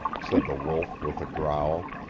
said the wolf with a growl.